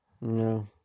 No